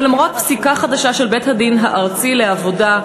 ולמרות פסיקה חדשה של בית-הדין הארצי לעבודה,